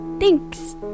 Thanks